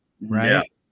right